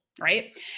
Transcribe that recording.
right